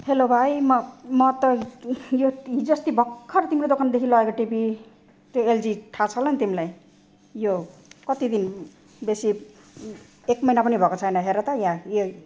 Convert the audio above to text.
hello भाइ म म त यो हिजो अस्ति भर्खर तिम्रो दोकानदेखि लगेको टिभी त्यो एलजी थाहा छ होला नि तिमीलाई यो कति दिन बेसी एक महिना पनि भएको छैन हेर त यहाँ यो